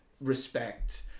respect